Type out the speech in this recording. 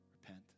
Repent